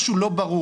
משהו לא ברור.